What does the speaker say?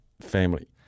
Family